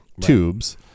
tubes